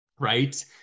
right